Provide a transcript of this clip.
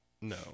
no